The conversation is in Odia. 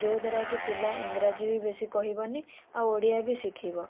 ଯେଉଁଦ୍ୱାରା କି ପିଲା ଇଂରାଜୀ ବି ବେଶୀ କହିବନି ଆଉ ଓଡ଼ିଆ ବି ଶିଖିବ